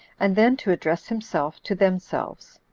and then to address himself to themselves.